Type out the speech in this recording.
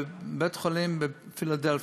בבית-חולים בפילדלפיה,